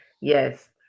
yes